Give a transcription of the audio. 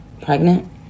pregnant